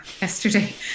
yesterday